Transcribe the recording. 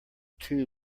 two